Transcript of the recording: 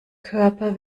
körper